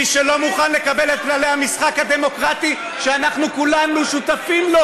מי שלא מוכן לקבל את כללי המשחק הדמוקרטי שאנחנו כולנו שותפים לו,